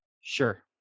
Sure